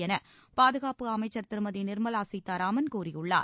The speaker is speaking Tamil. என பாதுகாப்பு அமைச்சர் திருமதி நிர்மலா சீதாராமன் கூறியுள்ளார்